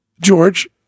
George